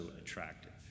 attractive